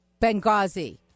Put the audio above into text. Benghazi